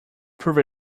proved